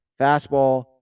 Fastball